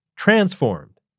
transformed